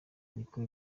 niko